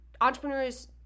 entrepreneurs